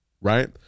right